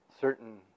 certain